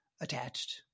attached